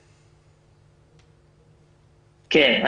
כן.